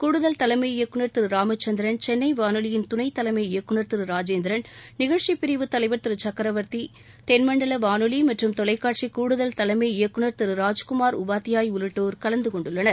கூடுதல் தலைமை இயக்குநர் திரு ராமச்சந்திரன் சென்னை வானொலியின் துணைத்தலைமை இயக்குநர் திரு ராஜேந்திரன் நிகழ்ச்சிப் பிரிவு தலைவர் திரு சக்கரவர்த்தி தென்மண்டல வானொலி மற்றும் தொலைக்காட்சி கூடுதல் தலைமை இயக்குநர் திரு ராஜ்குமார் உபாத்தியாய் உள்ளிட்டோர் கலந்து கொண்டுள்ளனர்